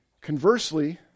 Conversely